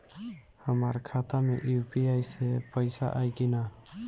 हमारा खाता मे यू.पी.आई से पईसा आई कि ना?